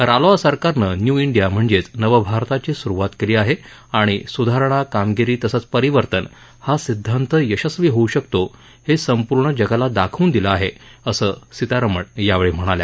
रालोआ सरकारनं new India म्हणजेच नव भारताची सुरुवात केली आहे आणि सुधारणा कामगिरी तसंच परिवर्तन हा सिद्धांत यशस्वी होऊ शकतो हे संपूर्ण जगाला दाखवून दिलं आहे असं सीतारामन यावेळी म्हणाल्या